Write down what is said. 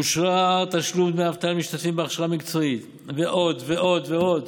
אושר תשלום דמי אבטלה למשתתפים בהכשרה מקצועית ועוד ועוד ועוד.